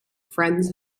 friends